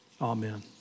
Amen